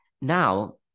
now